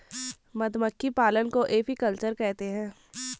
मधुमक्खी पालन को एपीकल्चर कहते है